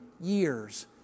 years